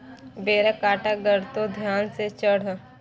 बेरक कांटा गड़तो ध्यान सँ चढ़